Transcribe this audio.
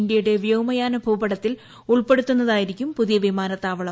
ഇന്ത്യയുടെ വ്യോമയാന ഭൂപടത്തിൽ ഉൾപ്പെടുത്തുന്നതായിരിക്കും പുതിയ വിമാനത്താവളം